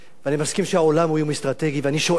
ואני מסכים שהעולם הוא איום אסטרטגי, ואני שואל: